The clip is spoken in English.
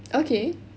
okay